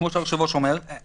אני